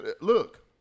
look